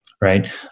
Right